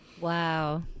Wow